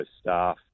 staff